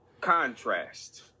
contrast